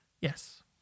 yes